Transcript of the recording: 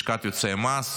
לשכת יועצי המס,